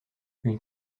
une